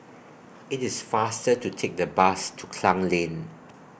IT IS faster to Take The Bus to Klang Lane